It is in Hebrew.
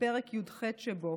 כפרק י"ח שבו.